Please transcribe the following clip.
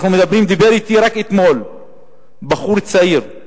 דיבר אתי רק אתמול בחור צעיר,